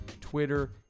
twitter